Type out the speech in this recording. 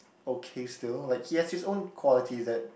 okay still like he has his own qualities that